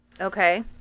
Okay